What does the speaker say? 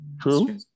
true